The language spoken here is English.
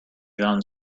jon